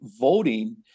voting